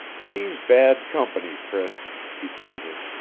he's bad company, priss, he told her.